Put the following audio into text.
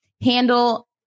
handle